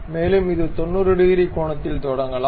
மேலும் இது 90 டிகிரி கோணத்தில் தொடங்கலாம்